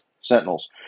Sentinels